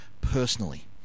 personally